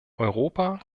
europa